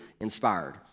inspired